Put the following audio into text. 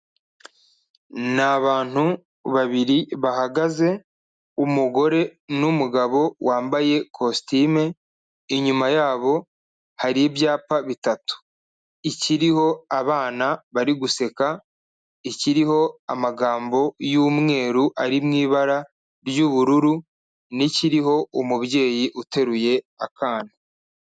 Ni abantu babiri bahagaze umugore n'umugabo wambaye kositime, inyuma yabo hari ibyapa bitatu, ikiriho abana bari guseka, ikiriho amagambo y'umweru ari mu ibara ry'ubururu n'ikiriho umubyeyi uteruye akana.